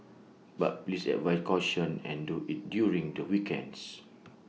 but please advise caution and do IT during the weekends